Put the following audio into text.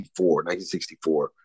1964